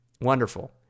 wonderful